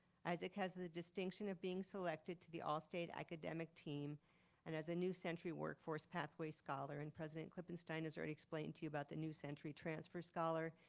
isaac has the distinction of being selected to the all state academic team and as new century workforce pathway scholar. and president klippenstein has already explained to you about the new century transfer scholar.